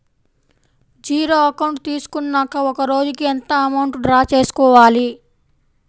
Zero account తీసుకున్నాక ఒక రోజుకి ఎంత అమౌంట్ డ్రా చేసుకోవాలి?